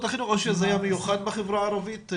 החינוך או שזה היה מיוחד לחברה הערבית?